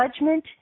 Judgment